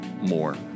more